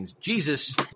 Jesus